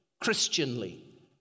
Christianly